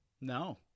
no